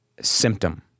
symptom